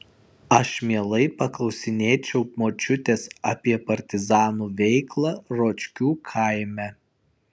aš mielai paklausinėčiau močiutės apie partizanų veiklą ročkių kaime